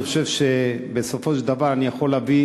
אני חושב שבסופו של דבר אני יכול להביא